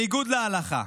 בניגוד להלכה,